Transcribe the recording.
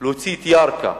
להוציא את ירכא,